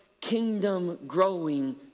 kingdom-growing